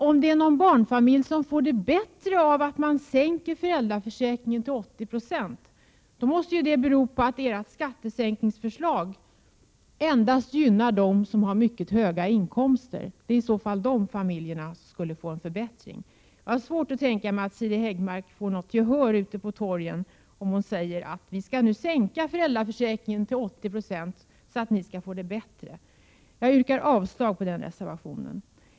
Om det är någon barnfamilj som får det bättre genom en sänkning till 80 76 måste det bero på att ert skattesänkningsförslag endast gynnar dem som har mycket höga inkomster. Det är i så fall de familjerna som skulle få en förbättring. Jag har svårt att tänka mig att Siri Häggmark får gehör ute på torgen om hon säger att vi skall sänka föräldraförsäkringen till 80 96 så att barnfamiljerna skall få det bättre. Jag yrkar avslag på den reservationen.